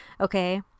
Okay